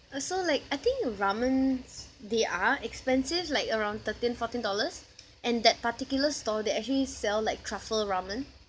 also like I think ramens they are expensive like around thirteen fourteen dollars and that particular stall they actually sell like truffle ramen